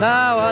Now